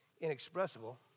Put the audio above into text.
inexpressible